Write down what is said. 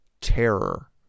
terror